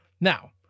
Now